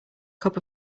cup